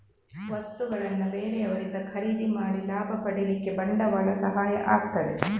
ವಸ್ತುಗಳನ್ನ ಬೇರೆಯವರಿಂದ ಖರೀದಿ ಮಾಡಿ ಲಾಭ ಪಡೀಲಿಕ್ಕೆ ಬಂಡವಾಳ ಸಹಾಯ ಆಗ್ತದೆ